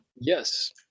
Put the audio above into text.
Yes